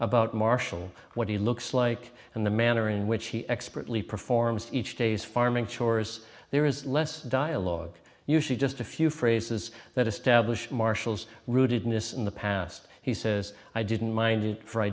about marshall what he looks like and the manner in which he expertly performs each day's farming chores there is less dialogue usually just a few phrases that establish marshall's rootedness in the past he says i didn't mind it for i